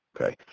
Okay